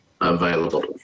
available